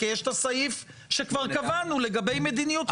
כי יש את הסעיף שכבר קבענו לגבי מדיניות חקירות.